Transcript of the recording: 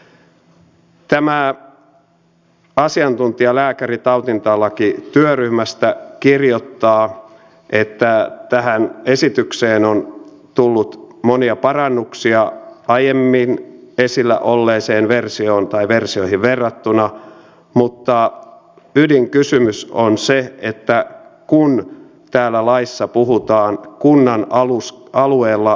tämä asiantuntijalääkäri tartuntatautilakityöryhmästä kirjoittaa että tähän esitykseen on tullut monia parannuksia aiemmin esillä olleisiin versioihin verrattuna mutta ydinkysymys on se että kunnat täällä laissa puhutaan kunnan alus pääalueella